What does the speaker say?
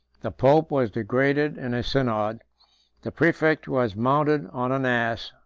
the pope was degraded in a synod the praefect was mounted on an ass,